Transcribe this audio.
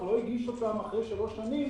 שלא מספיקים לעשות בשלוש שנים,